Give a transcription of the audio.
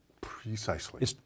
Precisely